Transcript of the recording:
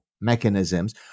mechanisms